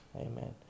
amen